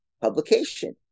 publication